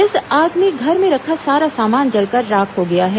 इस आग में घर में रखा सारा सामान जलकर राख हो गया है